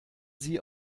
sie